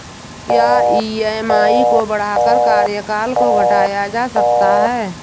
क्या ई.एम.आई को बढ़ाकर कार्यकाल को घटाया जा सकता है?